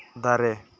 ᱫᱟᱨᱮ